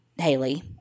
Haley